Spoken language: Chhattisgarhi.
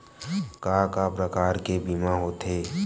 का का प्रकार के बीमा होथे?